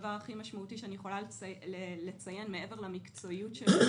הדבר הכי משמעותי שאני יכולה לציין מעבר למקצועיות שלו,